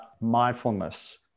mindfulness